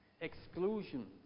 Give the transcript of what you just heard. exclusion